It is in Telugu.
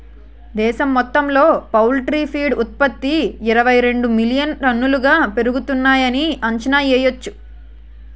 దేశం మొత్తంలో పౌల్ట్రీ ఫీడ్ ఉత్త్పతి ఇరవైరెండు మిలియన్ టన్నులుగా పెరుగుతున్నాయని అంచనా యెయ్యొచ్చు